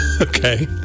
Okay